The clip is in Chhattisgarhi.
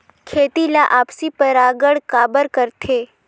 खेती ला आपसी परागण काबर करथे?